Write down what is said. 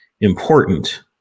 important